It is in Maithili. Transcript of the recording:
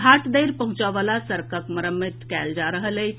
घाट धरि पहुंचय वाला सड़कक मरम्मति कयल जा रहल अछि